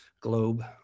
globe